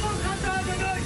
ליבנו עם משפחות החללים,